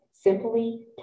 simply